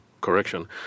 correction